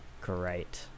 Great